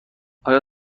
آیا